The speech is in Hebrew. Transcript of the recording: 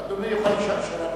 אדוני יוכל לשאול שאלה נוספת.